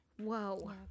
Whoa